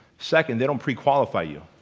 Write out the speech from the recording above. second, they don't pre-qualify you.